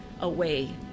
away